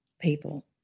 people